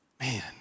Man